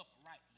uprightly